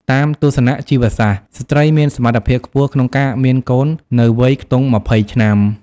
តាមទស្សនៈជីវសាស្ត្រ ស្ត្រីមានសមត្ថភាពខ្ពស់ក្នុងការមានកូននៅវ័យខ្ទង់ ២០ ឆ្នាំ ។